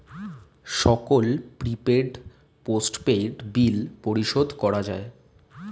সকল prepaid, postpaid bill পরিশোধ করা যায়